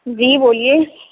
جی بولیے